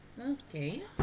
Okay